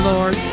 Lord